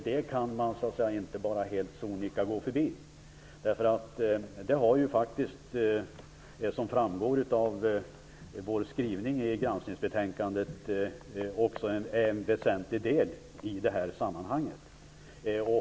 Det kan man inte bara helt sonika gå förbi. Som framgår av vår skrivning i granskningsbetänkandet är det en väsentlig del i det här sammanhanget.